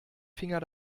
finger